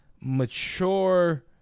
mature